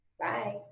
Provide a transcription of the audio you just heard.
Bye